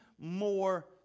more